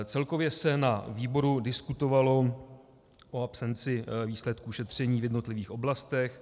Celkově se na výboru diskutovalo o absenci výsledků šetření v jednotlivých oblastech.